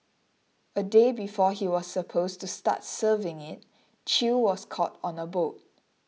a day before he was supposed to start serving it Chew was caught on a boat